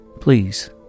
Please